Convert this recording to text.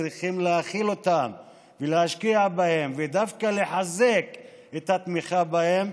צריכים להכיל אותם ולהשקיע בהם ודווקא לחזק את התמיכה בהם,